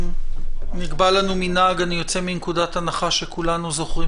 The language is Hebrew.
אנחנו נקבע לנו מנהג אני יוצא מנקודת הנחה שכולנו זוכרים